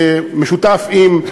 משותף עם,